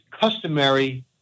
customary